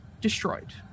destroyed